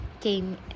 came